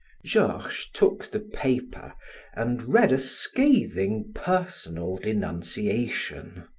georges took the paper and read a scathing personal denunciation.